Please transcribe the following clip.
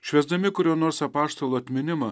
švęsdami kurio nors apaštalo atminimą